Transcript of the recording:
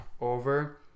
over